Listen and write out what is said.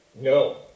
No